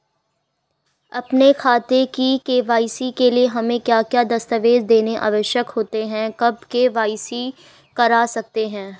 अपने खाते की के.वाई.सी के लिए हमें क्या क्या दस्तावेज़ देने आवश्यक होते हैं कब के.वाई.सी करा सकते हैं?